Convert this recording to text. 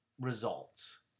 results